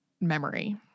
memory